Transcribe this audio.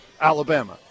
Alabama